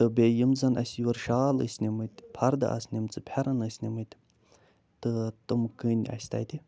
تہٕ بیٚیہِ یِم زن اَسہِ یور شال ٲسۍ نِمٕتۍ فردٕ آسہٕ نمژٕ فٮ۪رن ٲسۍ نِمٕتۍ تہٕ تِم کٕنۍ اَسہِ تَتہِ